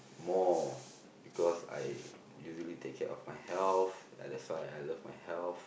more because I usually take care of my health ya that's why I love my health